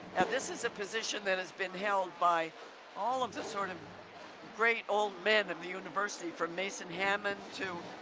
this is a position that has been held by all of the sort of great old men of the university from mason hammond to